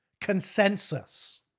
consensus